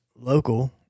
local